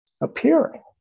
appearing